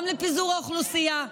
גם לפיזור האוכלוסייה,